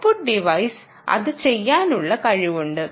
output devices അത് ചെയ്യാനുള്ള കഴിവുണ്ട്